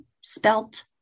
spelt